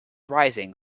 rising